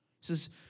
says